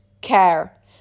care